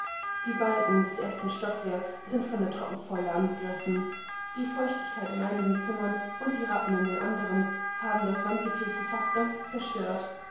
einigezeitinanspruchnehmenundvonsehrausgedehnterartseinwerden diebalken des ersten stockwerks sind von der trockensäule angegriffen die feuchtigkeit in einigen zimmern und die ratten in andern haben das wandgetäfel fast ganz zerstört